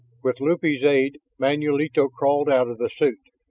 with lupe's aid manulito crawled out of the suit.